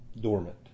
dormant